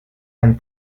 and